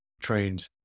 trained